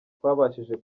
twabashije